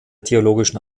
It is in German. theologischen